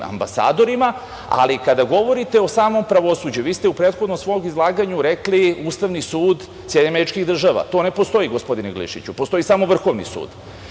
ambasadorima. Kada govorite o samom pravosuđu, vi ste u prethodnom svom izlaganju rekli - Ustavni sud SAD. To ne postoji, gospodine Glišiću. Postoji samo Vrhovni sud.